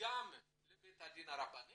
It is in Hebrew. גם לבית הדין הרבני